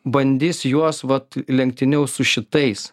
bandys juos vat lenktyniaus su šitais